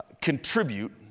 contribute